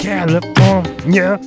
California